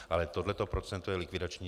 Ale tohle to procento je likvidační.